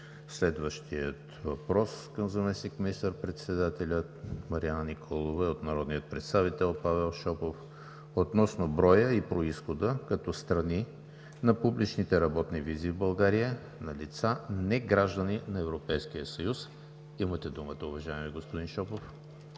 Следващият въпрос към заместник министър-председателя Марияна Николова е от народния представител Павел Шопов – относно броя и произхода, като страни, на публичните работни визи в България на лица, не-граждани на Европейския съюз. Имате думата, уважаеми господин Шопов.